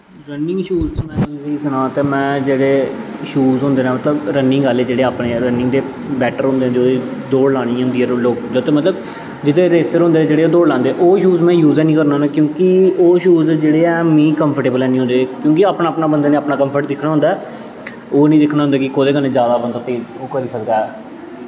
running shoes ते में तुसेंगी सनां ते में जेह्ड़े शूज़ होंदे न जेह्ड़े मतलब अपने रनिंग आह्ले बैटर होंदे न दौड़ लानी होंदी ऐ तो मतलब जेह्के रेसर होंदे जेह्ड़े दौड़ लांदे न ओह् शूज़ यूज़ निं करना होना क्योंकि ओह् शूज़ मीं कंफ्टटेवल हैनी होंदे क्योंकि अपना अपना अपना बंदे नै अपना कंफ्ट दिक्खना होंदा ऐ ओह् निं दिक्खना होंदा कि कोह्दे कन्नै बंदा जैदा करी सकदा ऐ